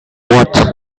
what